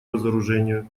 разоружению